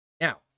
Now